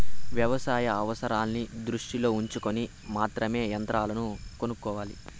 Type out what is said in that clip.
వ్యవసాయ అవసరాన్ని దృష్టిలో ఉంచుకొని మాత్రమే యంత్రాలను కొనుక్కోవాలి